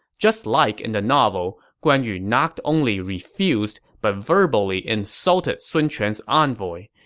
just like in the novel, guan yu not only refused, but verbally insulted sun quan's envoy,